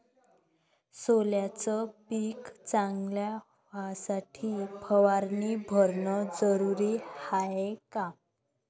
सोल्याचं पिक चांगलं व्हासाठी फवारणी भरनं जरुरी हाये का?